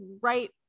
right